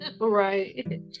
Right